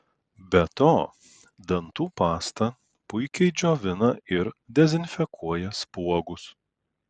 be to dantų pasta puikiai džiovina ir dezinfekuoja spuogus